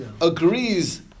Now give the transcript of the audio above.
agrees